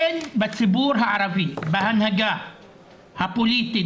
אין בציבור הערבי בהנהגה הפוליטית,